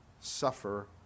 suffer